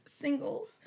singles